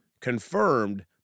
confirmed